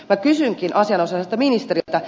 minä kysynkin asianosaiselta ministeriltä